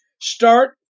Start